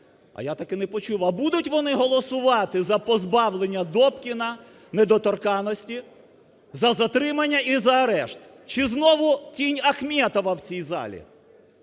а я так і не почув, а будуть вони голосувати за позбавлення Добкіна недоторканності, за затримання і за арешт. Чи знову тінь Ахметова в цій залі?